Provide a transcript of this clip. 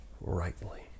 rightly